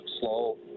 slow